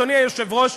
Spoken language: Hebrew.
אדוני היושב-ראש,